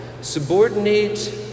Subordinate